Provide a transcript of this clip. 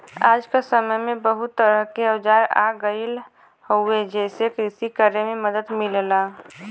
आज क समय में बहुत तरह क औजार आ गयल हउवे जेसे कृषि करे में मदद मिलला